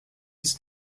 ist